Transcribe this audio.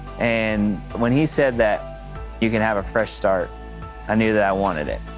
and when he said that you can have a fresh start i knew that i wanted it.